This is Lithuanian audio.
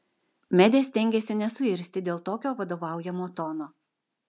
medė stengėsi nesuirzti dėl tokio vadovaujamo tono